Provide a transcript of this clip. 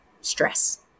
stress